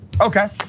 Okay